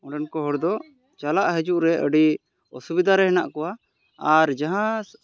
ᱚᱸᱰᱮᱱ ᱠᱚ ᱦᱚᱲ ᱫᱚ ᱪᱟᱞᱟᱜ ᱦᱤᱡᱩᱜ ᱨᱮ ᱟᱹᱰᱤ ᱚᱥᱩᱵᱤᱫᱷᱟᱨᱮ ᱦᱮᱱᱟᱜ ᱠᱚᱣᱟ ᱟᱨ ᱡᱟᱦᱟᱸ